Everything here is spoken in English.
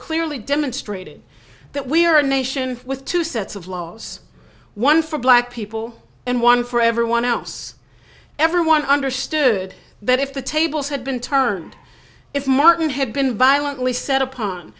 clearly demonstrated that we are a nation with two sets of laws one for black people and one for everyone else everyone understood that if the tables had been turned if martin had been violently set upon